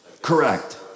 Correct